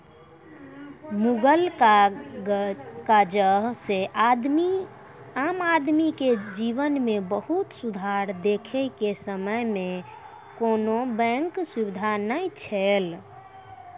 मुगल काजह से आम आदमी के जिवन मे बहुत सुधार देखे के समय मे कोनो बेंक सुबिधा नै छैले